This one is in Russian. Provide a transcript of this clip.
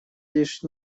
лишь